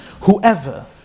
Whoever